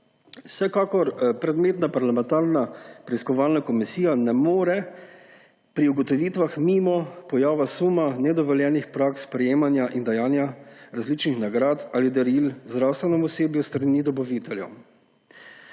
Vsekakor predmetna parlamentarna preiskovalna komisija ne more pri ugotovitvah mimo pojava suma nedovoljenih praks sprejemanja in dajanja različnih nagrad ali daril zdravstvenemu osebju s strani dobaviteljev.